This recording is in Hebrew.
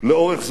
לאורך זמן,